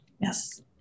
Yes